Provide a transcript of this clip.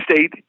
State